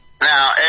Now